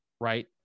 right